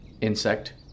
insect